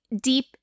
deep